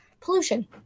Pollution